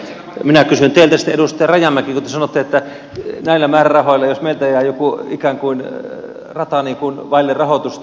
minä kysyn teiltä sitten edustaja rajamäki kun te sanoitte että jos meiltä jää näillä määrärahoilla joku rata ikään kuin vaille rahoitusta